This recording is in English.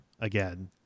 again